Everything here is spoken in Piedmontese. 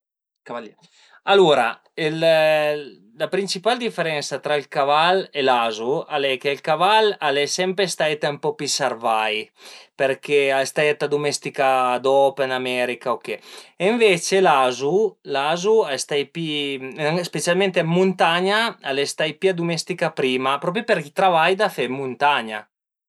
alura la principal diferensa tra ël caval e l'azu al e che ël caval al e sempre stait ën po pi sarvai përché al e stait adumesticà dop ën America u che e ënvece l'azu l'azu al e stait pi, specialment ën muntagna al e stait pi adumesticà prima propi për ël travai da fe ën muntagna